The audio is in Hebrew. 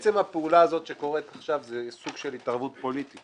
עצם הפעולה הזאת שקורית עכשיו היא סוג של התערבות פוליטית